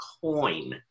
coin